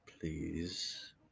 Please